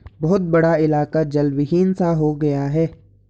बहुत बड़ा इलाका जलविहीन सा हो गया है